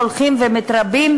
הולכים ומתרבים,